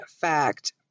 fact